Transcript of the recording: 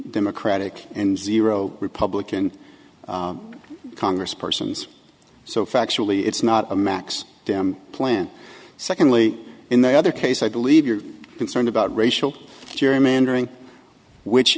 democratic and zero republican congress persons so factually it's not a max dam plan secondly in the other case i believe you're concerned about racial gerrymandering which